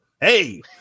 Hey